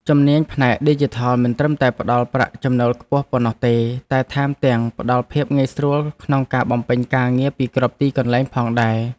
ជំនាញផ្នែកឌីជីថលមិនត្រឹមតែផ្តល់ប្រាក់ចំណូលខ្ពស់ប៉ុណ្ណោះទេតែថែមទាំងផ្តល់ភាពងាយស្រួលក្នុងការបំពេញការងារពីគ្រប់ទីកន្លែងផងដែរ។